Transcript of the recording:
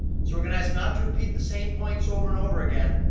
so we're going to ask not to repeat the same points over and over again,